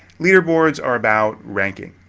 leaderboards are about ranking.